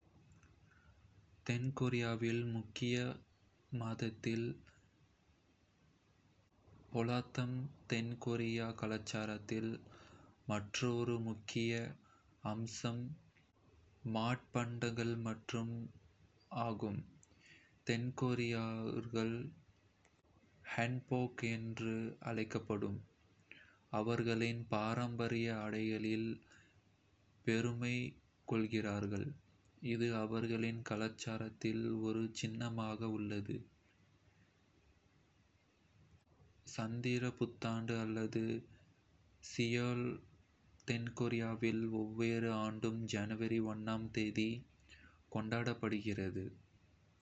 தென் கொரியாவில் முக்கிய மதத்தில் பௌத்தம்4. தென் கொரிய கலாச்சாரத்தில் மற்றொரு முக்கிய அம்சம் மட்பாண்டங்கள் மற்றும் மட்பாண்டங்கள் ஆகும். தென் கொரியர்கள் ஹான்போக் என்று அழைக்கப்படும் அவர்களின் பாரம்பரிய ஆடைகளில் பெருமை கொள்கிறார்கள், இது அவர்களின் கலாச்சாரத்தில் ஒரு சின்னமாக உள்ளது. சந்திர புத்தாண்டு அல்லது சியோல் தென் கொரியாவில் ஒவ்வொரு ஆண்டும் ஜனவரி 1 ஆம் தேதி கொண்டாடப்படுகிறது5.